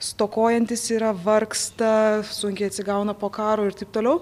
stokojantys yra vargsta sunkiai atsigauna po karo ir taip toliau